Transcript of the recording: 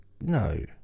no